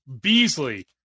Beasley